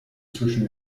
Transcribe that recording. zwischen